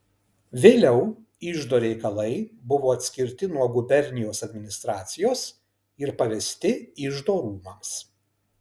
vėliau iždo reikalai buvo atskirti nuo gubernijos administracijos ir pavesti iždo rūmams